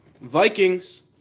Vikings